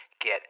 Get